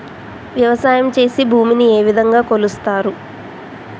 వ్యవసాయం చేసి భూమిని ఏ విధంగా కొలుస్తారు?